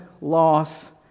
loss